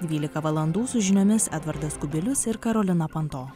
dvylika valandų su žiniomis edvardas kubilius ir karolina panto